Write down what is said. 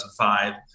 2005